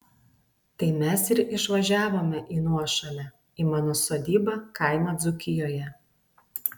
tai mes ir išvažiavome į nuošalę į mano sodybą kaimą dzūkijoje